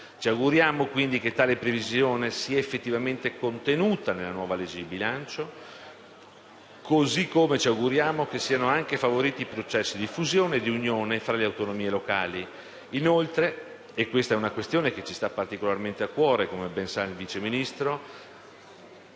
Ci auguriamo, quindi, che tale previsione sia effettivamente contenuta nella nuova legge di bilancio, così come ci auguriamo che siano anche favoriti i processi di fusione e di unione fra le autonomie locali. Inoltre - e si tratta di una questione che ci sta particolarmente a cuore, come ben sa il Vice Ministro